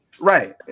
Right